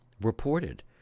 reported